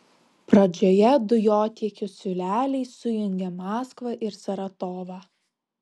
pradžioje dujotiekių siūleliai sujungia maskvą ir saratovą